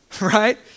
right